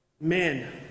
men